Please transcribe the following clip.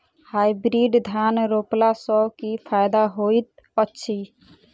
Hybrid धान रोपला सँ की फायदा होइत अछि?